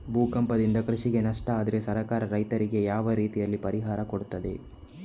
ಭೂಕಂಪದಿಂದ ಕೃಷಿಗೆ ನಷ್ಟ ಆದ್ರೆ ಸರ್ಕಾರ ರೈತರಿಗೆ ಯಾವ ರೀತಿಯಲ್ಲಿ ಪರಿಹಾರ ಕೊಡ್ತದೆ?